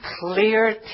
clear